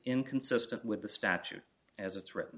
inconsistent with the statute as a threat